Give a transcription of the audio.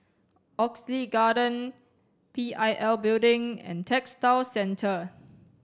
Oxley Garden P I L Building and Textile Centre